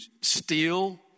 steal